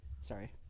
Sorry